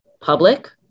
public